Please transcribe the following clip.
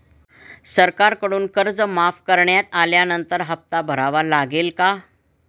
सरकारकडून कर्ज माफ करण्यात आल्यानंतर हप्ता भरावा लागेल का?